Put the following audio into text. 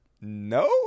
no